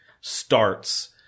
starts